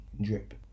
drip